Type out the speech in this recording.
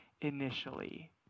initially